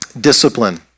discipline